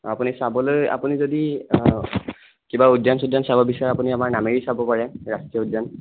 আপুনি চাবলৈ আপুনি যদি কিবা উদ্যান চুদ্যান চাব বিচাৰে আপুনি আমাৰ নামেৰি চাব পাৰে ৰাষ্ট্ৰীয় উদ্যান